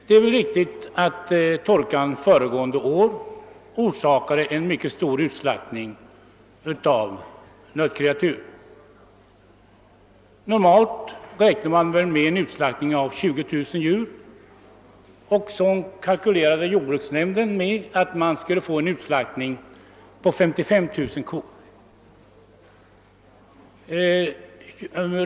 Det är riktigt att torkan föregående år orsakade en mycket stor utslaktning av nötkreatur. Normalt räknar man väl med en utslaktning av 20 000 djur, och så kalkylerade jordbruksnämnden med att det skulle bli en utslaktning på 55 000 kor.